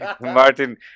Martin